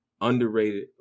Underrated